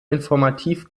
informativ